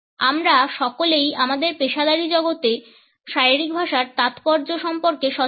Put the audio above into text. আমরা সকলেই আমাদের পেশাদারী জগতে শারীরিক ভাষার তাৎপর্য সম্পর্কে সচেতন